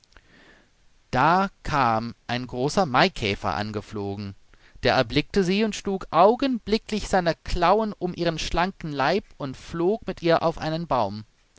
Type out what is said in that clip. da kam ein großer maikäfer angeflogen der erblickte sie und schlug augenblicklich seine klauen um ihren schlanken leib und flog mit ihr auf einen baum